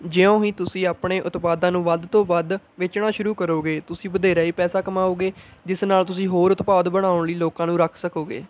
ਜਿਉਂ ਹੀ ਤੁਸੀਂ ਆਪਣੇ ਉਤਪਾਦਾਂ ਨੂੰ ਵੱਧ ਤੋਂ ਵੱਧ ਵੇਚਣਾ ਸ਼ੁਰੂ ਕਰੋਗੇ ਤੁਸੀਂ ਵਧੇਰਾ ਹੀ ਪੈਸਾ ਕਮਾਉਗੇ ਜਿਸ ਨਾਲ਼ ਤੁਸੀਂ ਹੋਰ ਉਤਪਾਦ ਬਣਾਉਣ ਲਈ ਲੋਕਾਂ ਨੂੰ ਰੱਖ ਸਕੋਗੇ